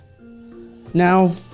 Now